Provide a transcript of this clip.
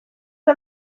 que